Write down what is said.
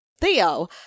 Theo